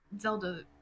Zelda